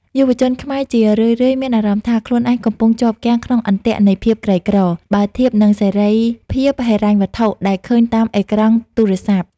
យុវជនខ្មែរជារឿយៗមានអារម្មណ៍ថា ខ្លួនឯងកំពុងជាប់គាំងក្នុង "អន្ទាក់នៃភាពក្រីក្រ" បើធៀបនឹងសេរីភាពហិរញ្ញវត្ថុដែលឃើញតាមអេក្រង់ទូរស័ព្ទ។